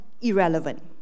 irrelevant